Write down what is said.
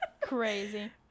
Crazy